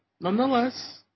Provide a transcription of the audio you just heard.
nonetheless